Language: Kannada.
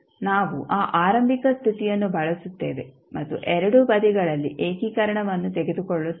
ನಾವು ಆ ಆರಂಭಿಕ ಸ್ಥಿತಿಯನ್ನು ಬಳಸುತ್ತೇವೆ ಮತ್ತು ಎರಡೂ ಬದಿಗಳಲ್ಲಿ ಏಕೀಕರಣವನ್ನು ತೆಗೆದುಕೊಳ್ಳುತ್ತೇವೆ